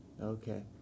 okay